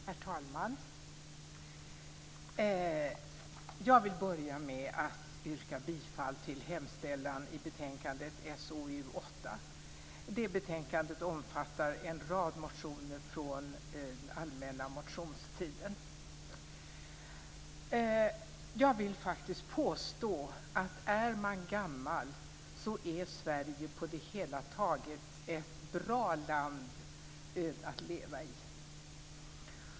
Herr talman! Jag vill börja med att yrka bifall till hemställan i betänkande SoU8. Betänkandet omfattar en rad motioner från allmänna motionstiden. Jag vill faktiskt påstå att är man gammal är Sverige på det hela taget ett bra land att leva i!